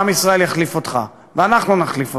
עם ישראל יחליף אותך ואנחנו נחליף אותך.